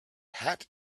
hat